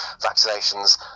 vaccinations